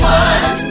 one